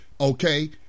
Okay